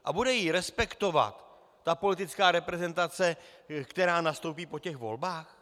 A bude ji respektovat ta politická reprezentace, která nastoupí po těch volbách?